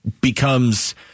becomes